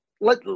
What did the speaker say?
let